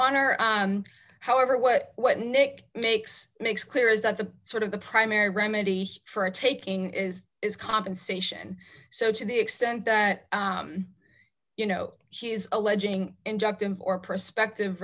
honor however what what nick makes makes clear is that the sort of the primary remedy for a taking is is compensation so to the extent that you know he is alleging and judged him or prospective